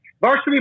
Varsity